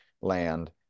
land